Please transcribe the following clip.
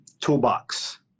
toolbox